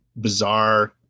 bizarre